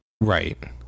right